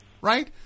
Right